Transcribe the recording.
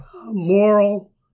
moral